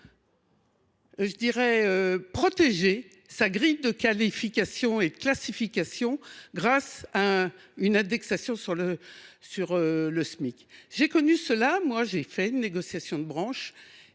pas protéger sa grille de qualification et de classification grâce à une indexation sur le Smic. J’ai moi même fait une négociation de branche.